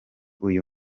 uyu